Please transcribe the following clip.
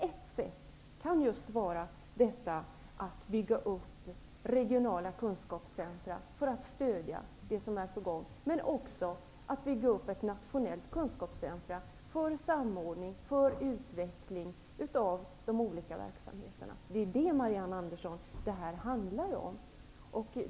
Ett sätt kan vara att bygga upp regionala kunskapscentrum och ett nationellt kunskapscentrum för samordning och utveckling av de olika verksamheterna. Det är vad det handlar om, Marianne Andersson.